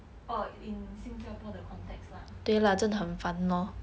orh in 新加坡的 context lah